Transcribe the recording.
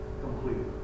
completely